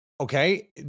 okay